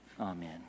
Amen